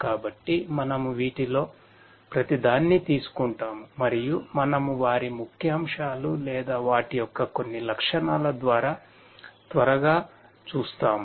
కాబట్టి మనము వీటిలో ప్రతిదాన్ని తీసుకుంటాము మరియు మనము వారి ముఖ్యాంశాలు లేదా వాటి యొక్క కొన్ని లక్షణాల ద్వారా త్వరగా చూస్తాము